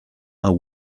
are